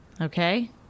Okay